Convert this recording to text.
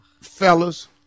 Fellas